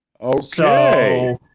Okay